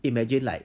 imagine like